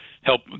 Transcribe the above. help